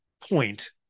point